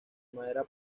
madera